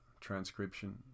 transcription